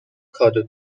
کادو